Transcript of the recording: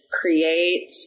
create